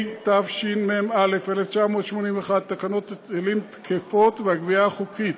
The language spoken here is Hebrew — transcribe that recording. התשמ"א 1981, תקנות ההיטלים תקפות, והגבייה חוקית.